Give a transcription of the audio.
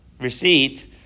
receipt